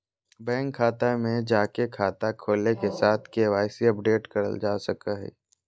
bank शाखा में जाके खाता खोले के साथ के.वाई.सी अपडेट करल जा सको हय